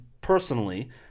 personally